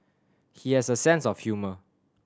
he has a sense of humour